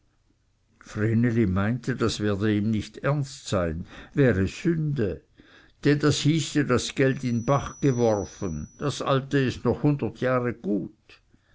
meinte das werde ihm nicht ernst sein wäre sünde denn das hieße das geld in bach geworfen das alte ist noch hundert jahre gut